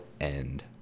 end